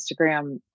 instagram